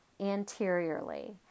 anteriorly